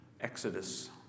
exodus